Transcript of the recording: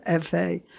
FA